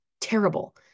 terrible